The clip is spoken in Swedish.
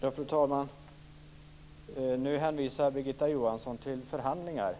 Fru talman! Nu hänvisar Birgitta Johansson till förhandlingar.